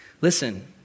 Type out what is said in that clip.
Listen